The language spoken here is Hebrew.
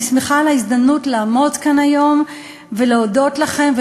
אני שמחה על ההזדמנות לעמוד כאן היום ולהודות לכם,